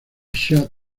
chad